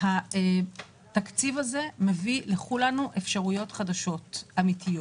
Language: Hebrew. התקציב הזה מביא לכולנו אפשרויות חדשות ואמיתיות.